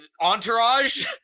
entourage